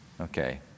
Okay